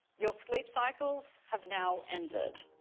your sleep cycles have now ended.